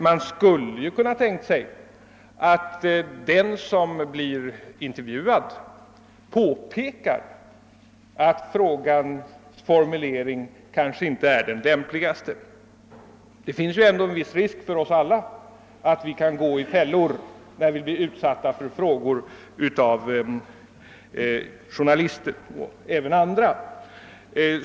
Man skulle emellertid kunna tänka sig att den som blir intervjuad påpekar att frågans utformning inte är den lämpligaste. Det finns ändå en viss risk för oss alla att råka ut för fällor, när vi blir utsatta för frågor av journalister och även av andra.